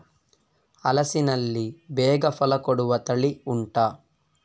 ಹಲಸಿನಲ್ಲಿ ಬೇಗ ಫಲ ಕೊಡುವ ತಳಿ ಉಂಟಾ